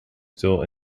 still